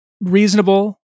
reasonable